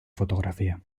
fotografía